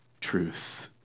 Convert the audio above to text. truth